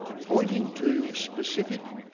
pointing to specific,